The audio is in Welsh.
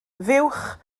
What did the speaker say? fuwch